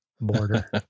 border